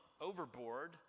overboard